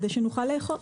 כדי שנוכל לאכוף.